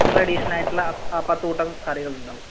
ട്രഡീഷണലായിട്ടുള്ള ആ പത്ത് കൂട്ടം കറികൾ ഉണ്ടാകും